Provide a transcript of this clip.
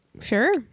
Sure